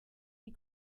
die